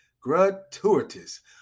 gratuitous